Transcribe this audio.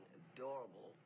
adorable